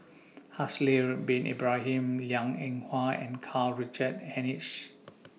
Haslir Bin Ibrahim Liang Eng Hwa and Karl Richard Hanitsch